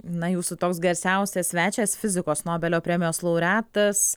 na jūsų toks garsiausias svečias fizikos nobelio premijos laureatas